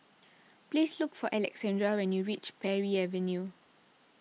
please look for Alexandra when you reach Parry Avenue